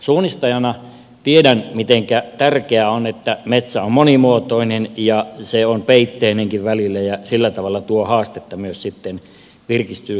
suunnistajana tiedän mitenkä tärkeää on että metsä on monimuotoinen ja se on peitteinenkin välillä ja sillä tavalla tuo haastetta myös virkistysliikkujalle